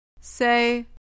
Say